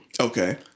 okay